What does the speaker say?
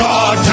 God